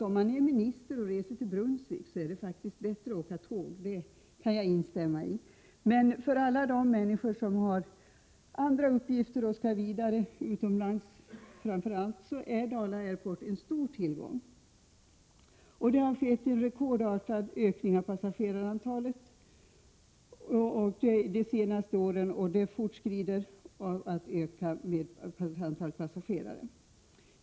Om man är minister och reser till Brunnsvik är det faktiskt bättre att åka tåg, det kan jag instämma i, men för alla de människor som har andra uppgifter och framför allt för dem som skall vidare utomlands är Dala Airport en stor tillgång. Det har skett en rekordartad ökning av passagerarantalet de senaste åren och ökningen fortskrider.